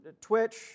Twitch